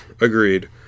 Agreed